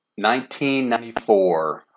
1994